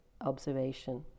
observation